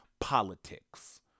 politics